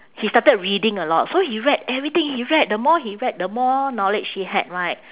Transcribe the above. he started reading a lot so he read everything he read the more he read the more knowledge he had right